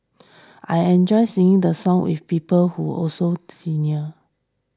I enjoy singing the songs with people who also senior